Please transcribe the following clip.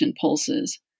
pulses